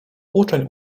uczeń